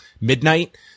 midnight